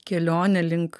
kelionė link